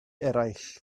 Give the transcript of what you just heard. eraill